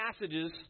passages